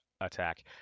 attack